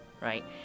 right